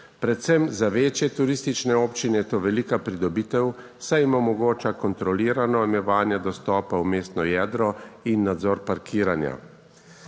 Predvsem za večje turistične občine je to velika pridobitev, saj jim omogoča kontrolirano omejevanje dostopa v mestno jedro in nadzor parkiranja.